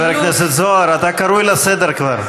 חבר הכנסת זוהר, אתה קרוא לסדר כבר.